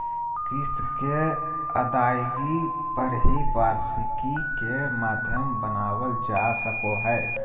किस्त के अदायगी पर ही वार्षिकी के माध्यम बनावल जा सको हय